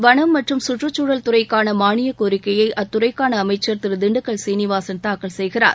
வனம் மற்றும் கற்றுச்சூழல் தறைக்கான மாளிய கோிக்கையை அத்துறைக்கான அமைச்சா் திரு திண்டுக்கல் சீனிவாசன் தாக்கல் செய்கிறார்